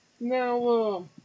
now